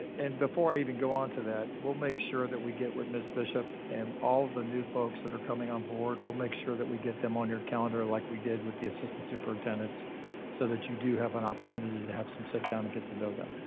and before i even go on to that, we'll make sure that we get with ms. bishop and all of the new folks that are coming on board. we'll make sure that we get them on your calendar like we did with the assistant superintendents so that you do have an opportunity to have some sit down and get to know them.